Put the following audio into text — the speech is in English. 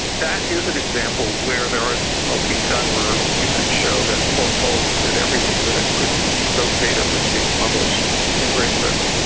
that is an example where there was a smoking gun where you can show that courtaulds did everything that ah could to keep those data from being published in great britain.